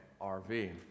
RV